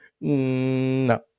No